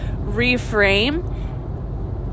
reframe